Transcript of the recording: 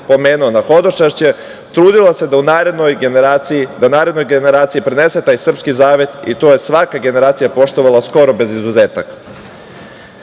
pomenuo, na hodočašće, trudila se da narednoj generaciji prenese srpski zavet i to je svaka generacija poštovala bez izuzetka. Mi